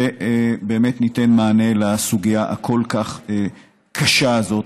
ובאמת ניתן מענה לסוגיה הכל-כך קשה הזאת,